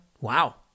Wow